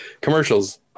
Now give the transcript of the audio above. Commercials